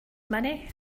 money